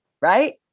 right